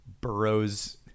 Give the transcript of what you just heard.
Burrows